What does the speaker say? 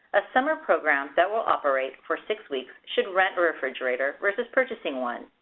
a summer program that will operate for six weeks should rent a refrigerator versus purchasing one.